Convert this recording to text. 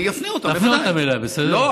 תפנה אותם אליי, בסדר?